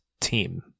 team